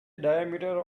diameter